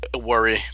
Worry